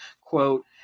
quote